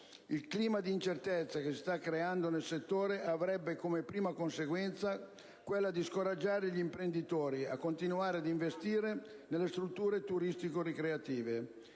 Il clima di incertezza che si sta creando nel settore avrebbe come prima conseguenza quella di scoraggiare gli imprenditori a continuare ad investire nelle strutture turistico-ricreative